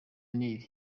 nil